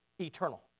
eternal